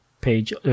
page